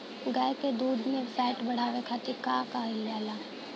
गाय के दूध में फैट बढ़ावे खातिर का कइल जाला?